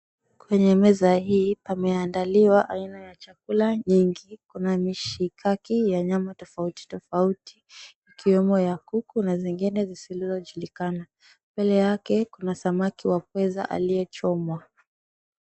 Kwenye meza hii pameandaliwa aina ya chakula nyingi, mishikaki ya nyama tofauti tofauti ikiwemo ya kuku na nyingine zisizojulikana mbele yake kuna samaki wa pweza aliyechomwa.